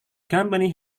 company